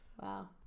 Wow